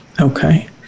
Okay